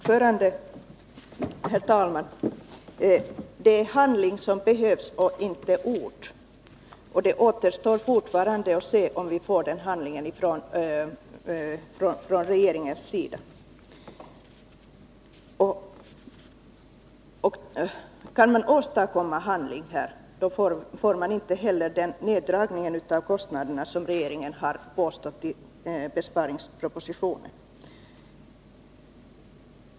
Herr talman! Det är handling som behövs och inte ord. Och det återstår fortfarande för regeringen att handla. Om regeringen handlar behövs inte heller den neddragning som regeringen i besparingspropositionen har påstått skulle behövas.